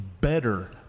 better